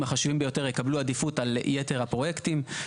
החשובים ביותר יקבלו עדיפות על יתר הפרויקטים.